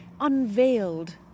unveiled